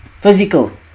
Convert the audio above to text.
physical